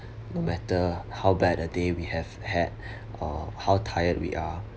no matter how bad a day we have had or how tired we are